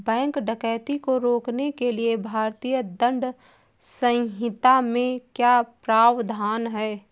bank डकैती को रोकने के लिए भारतीय दंड संहिता में क्या प्रावधान है